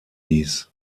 ließ